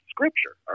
Scripture